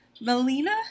Melina